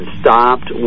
stopped